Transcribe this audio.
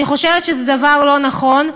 אני חושבת שהדבר הזה לא נכון.